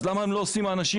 אז למה הם לא עושים את זה?